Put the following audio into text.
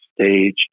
stage